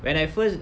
when I first